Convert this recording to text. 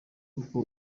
kuko